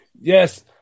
yes